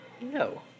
No